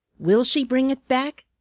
will she bring it back?